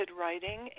writing